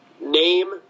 name